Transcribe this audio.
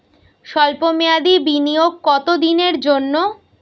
সল্প মেয়াদি বিনিয়োগ কত দিনের জন্য?